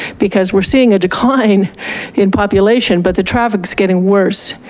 because we're seeing a decline in population but the traffic's getting worse.